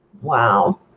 wow